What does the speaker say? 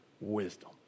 wisdom